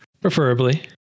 preferably